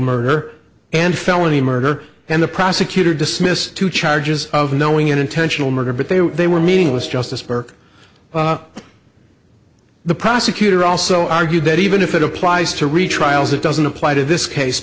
murder and felony murder and the prosecutor dismiss two charges of knowing an intentional murder but they were they were meaningless justice burke the prosecutor also argued that even if it applies to retrials it doesn't apply to this case